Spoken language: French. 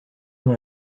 dans